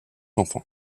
enfant